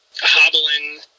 hobbling